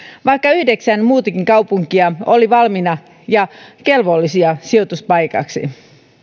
vaikka yhdeksän muutakin kaupunkia olivat valmiina ja kelvollisia sijoituspaikaksi